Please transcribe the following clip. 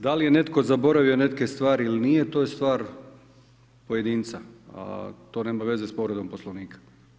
Da li je neko zaboravio neke stvari ili nije to je stvar pojedinca, a to nema veze s povredom Poslovnika.